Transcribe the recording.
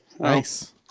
nice